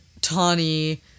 Tawny